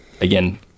again